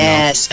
Yes